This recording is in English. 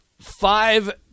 five